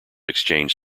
exchange